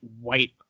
white